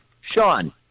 Sean